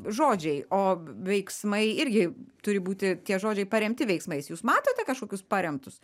žodžiai o veiksmai irgi turi būti tie žodžiai paremti veiksmais jūs matote kažkokius paremtus